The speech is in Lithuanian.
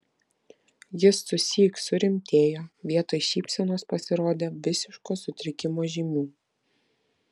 jis susyk surimtėjo vietoj šypsenos pasirodė visiško sutrikimo žymių